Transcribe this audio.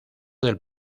del